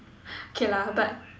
K lah but